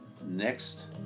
next